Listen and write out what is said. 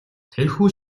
тэрхүү